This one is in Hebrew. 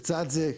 לצד זה,